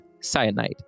cyanide